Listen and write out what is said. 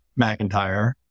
McIntyre